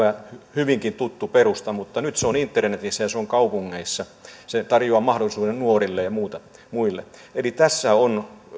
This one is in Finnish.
hyvinkin tuttu perusta mutta nyt se on internetissä ja se on kaupungeissa se tarjoaa mahdollisuuden nuorille ja muille tässä on